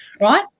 right